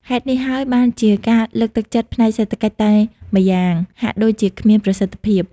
ហេតុនេះហើយបានជាការលើកទឹកចិត្តផ្នែកសេដ្ឋកិច្ចតែម្យ៉ាង ហាក់ដូចជាគ្មានប្រសិទ្ធភាព។